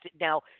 now